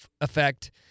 effect